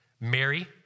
Mary